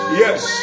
yes